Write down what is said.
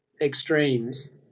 extremes